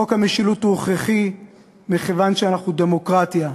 חוק המשילות הוא הכרחי מכיוון שאנחנו דמוקרטיה,